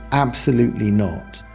absolutely not.